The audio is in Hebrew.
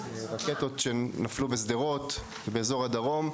רקטות שנפלו בשדרות ובאזור הדרום.